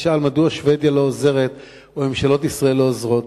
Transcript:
ששאל מדוע שבדיה לא עוזרת וממשלות ישראל לא עוזרות.